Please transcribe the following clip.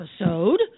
episode